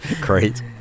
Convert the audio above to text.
Great